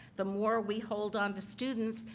the more we hold onto students,